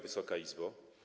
Wysoka Izbo!